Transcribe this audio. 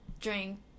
drink